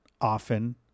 often